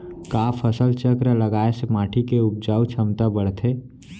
का फसल चक्र लगाय से माटी के उपजाऊ क्षमता बढ़थे?